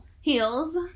Heels